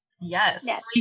yes